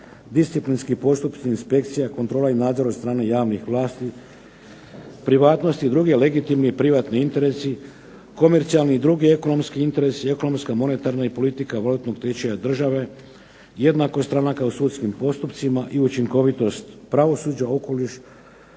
disciplinski postupci, inspekcija, kontrola i nadzor od strane javnih vlasti, privatnost i druge legitimni i privatni interesi, komercijalni i drugi ekonomski interesi, monetarna i ekonomska politika valutnog tečaja države, jednakostrana kao sudskim postupcima i učinkovitost pravosuđa, okoliš,